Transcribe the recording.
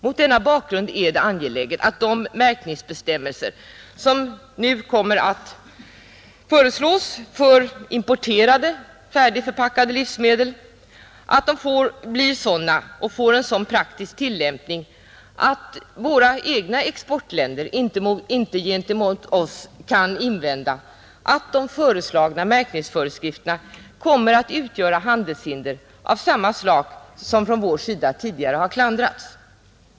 Mot denna bakgrund är det angeläget, att de märkningsbestämmelser som nu föreslås för importerade konsumentförpackade livsmedel ges en sådan konstruktion och framför allt en sådan praktisk tillämpning, att våra exportländer gentemot Sverige inte kan invända att de föreslagna märkningsföreskrifterna kommer att utgöra handelshinder av samma slag som från vår sida tidigare har klandrats.